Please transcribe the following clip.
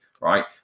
right